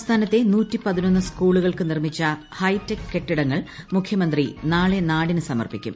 സംസ്ഥാനത്തെ ി സ്കൂളുകൾക്ക് നിർമ്മിച്ച ഹൈടെക് കെട്ടിടങ്ങൾ മുഖ്യമന്ത്രി നാളെ നാടിന് സമർപ്പിക്കും